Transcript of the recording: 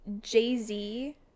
Jay-Z